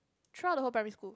throughout the whole primary school